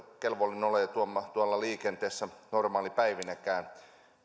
kelvollinen olemaan tuolla liikenteessä normaalipäivänäkään